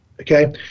Okay